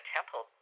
Temple